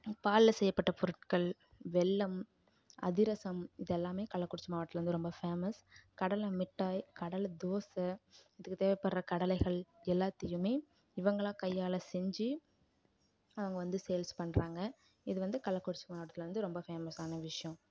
பாலில் செய்யப்பட்ட பொருட்கள் வெல்லம் அதிரசம் இதெல்லாம் கள்ளக்குறிச்சி மாவட்டத்தில் வந்து ரொம்ப ஃபேமஸ் கடலை முட்டாய் கடலை தோசை அதுக்கு தேவப்படுகிற கடலைகள் எல்லாத்தையும் இவங்களா கையால் செஞ்சு அவங்க வந்து சேல்ஸ் பண்ணுறாங்க இது வந்து கள்ளக்குறிச்சி மாவட்டத்தில் வந்து ரொம்ப ஃபேமஸான விஷயம்